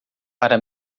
para